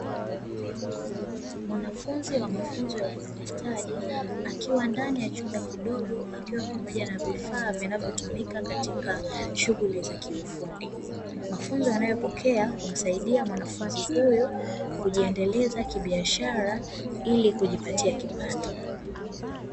Mwanafunzi wa mafunzo ya ufundi stadi akiwa ndani ya chumba kidogo, akiwa pamoja na vifaa vinavyotumika katika shughuli za kiufundi. Mafunzo anayopokea humsaidia mwanafunzi huyu, kujiendeleza kibiashara ili kujipatia kipato.